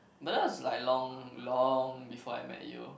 but that was like long long before I met you